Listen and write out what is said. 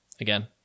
Again